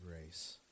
grace